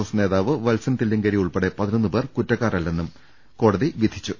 S നേതാവ് പത്സൻ തില്ലങ്കേരി ഉൾപ്പെടെ പതിനൊന്നുപേർ കുറ്റക്കാര ല്ലെന്നും കോടതി വിധിച്ചു